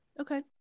Okay